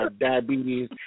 diabetes